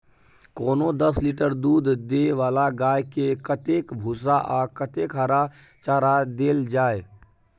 कोनो दस लीटर दूध दै वाला गाय के कतेक भूसा आ कतेक हरा चारा देल जाय?